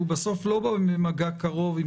הוא בסוף לא בא במגע קרוב.